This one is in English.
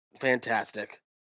fantastic